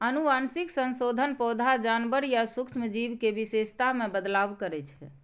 आनुवंशिक संशोधन पौधा, जानवर या सूक्ष्म जीव के विशेषता मे बदलाव करै छै